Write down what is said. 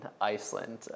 Iceland